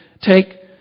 take